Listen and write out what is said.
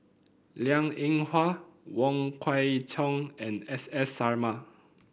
Liang Eng Hwa Wong Kwei Cheong and S S Sarma